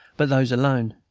but those alone.